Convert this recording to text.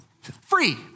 free